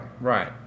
right